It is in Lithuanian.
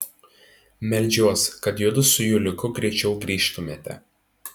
meldžiuos kad judu su juliuku greičiau grįžtumėte